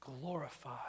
glorify